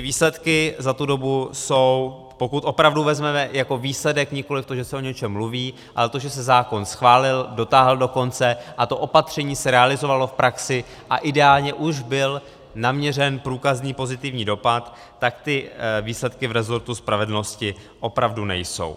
Výsledky za tu dobu, pokud opravdu vezmeme jako výsledek nikoliv to, že se o něčem mluví, ale to, že se zákon schválil, dotáhl do konce a to opatření se realizovalo v praxi a ideálně už byl naměřen průkazní pozitivní dopad, tak ty výsledky v resortu spravedlnosti opravdu nejsou.